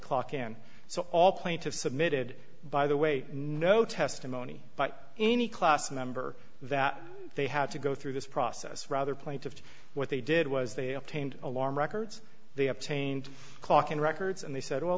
clock in so all plaintiffs submitted by the way no testimony by any class member that they had to go through this process rather plaintive what they did was they obtained alarm records they obtained clocking records and they said well